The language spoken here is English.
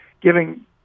giving